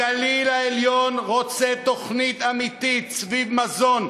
הגליל העליון רוצה תוכנית אמיתית סביב מזון,